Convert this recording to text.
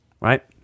right